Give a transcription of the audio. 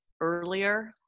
earlier